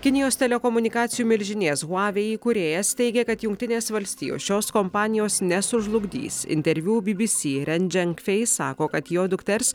kinijos telekomunikacijų milžinės huavei įkūrėjas teigia kad jungtinės valstijos šios kompanijos nesužlugdys interviu bibisi ren dženkfeis sako kad jo dukters